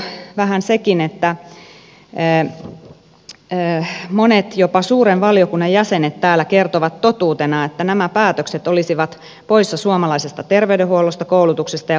hämmentävältä tuntuu vähän sekin että monet jopa suuren valiokunnan jäsenet täällä kertovat totuutena että nämä päätökset olisivat poissa suomalaisesta terveydenhuollosta koulutuksesta ja puolustusvoimista